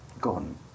Gone